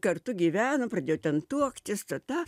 kartu gyveno pradėjo ten tuoktis tą tą